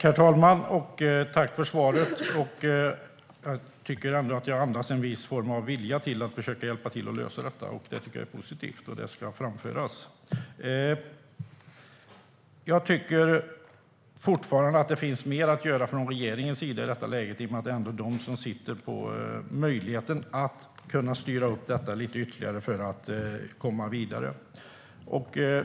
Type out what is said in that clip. Fru talman! Tack för svaret! Jag tycker att det ändå andas en viss form av vilja till att försöka lösa problemet. Det är positivt, och det ska framföras. Jag tycker fortfarande att det finns mer att göra från regeringens sida i och med att det är regeringen som sitter på möjligheten att styra frågan ytterligare för att komma vidare.